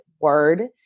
word